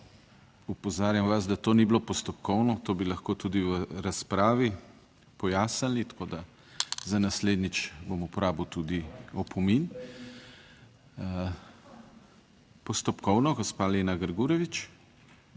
Opozarjam vas, da to ni bilo postopkovno, to bi lahko tudi v razpravi pojasnili, tako da za naslednjič bom uporabil tudi opomin. Postopkovno gospa Lena Grgurevič.